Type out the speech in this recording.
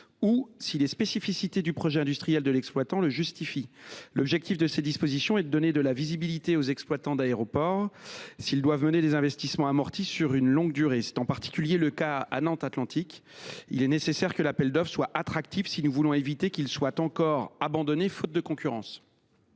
ou si les « spécificités du projet industriel de l’exploitant […] le justifient ». L’objectif de ces dispositions est de donner de la visibilité aux exploitants d’aéroport s’ils doivent mener des investissements qui ne seront amortis que sur une longue durée. C’est en particulier le cas à Nantes Atlantique : il est nécessaire que l’appel d’offres soit attractif si nous voulons éviter qu’il ne soit encore abandonné, faute de concurrence.